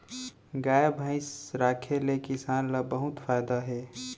गाय भईंस राखे ले किसान ल बहुत फायदा हे